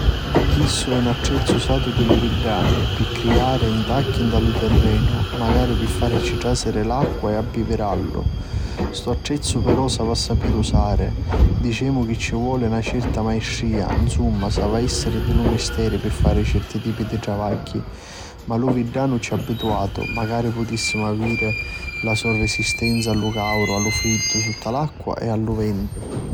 Chistu è un attrezzu usatu di li viddani pi criari ntacchi nta lu tirrenu, macari pi farici trasiri l'acqua e abbivirallu. St'attrezzu però s'havi a sapiri usari, dicemu chi ci voli na certa maistria, nsumma s'havi a essiri di lu misteri pi fari certi tipi di travagghi. Ma lu viddanu c'è abituatu, macari putissimu aviri la so resistenza a lu càuru, a lu friddu, sutta l'acqua e a lu ventu.